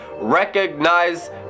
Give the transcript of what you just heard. Recognize